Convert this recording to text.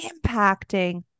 impacting